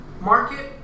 market